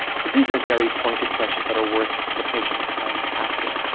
so these are very pointed questions that are worth the patient's time asking.